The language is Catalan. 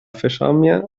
fesomia